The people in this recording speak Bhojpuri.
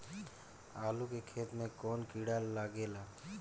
आलू के खेत मे कौन किड़ा लागे ला?